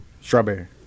Strawberry